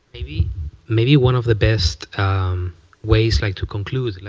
maybe maybe one of the best ways, like, to conclude, like,